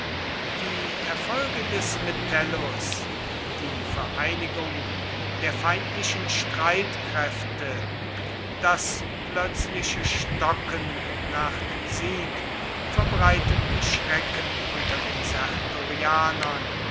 die erfolge des metellus die vereinigung der feindlichen streitkräfte das plötzliche stocken nach dem sieg verbreiteten schrecken unter den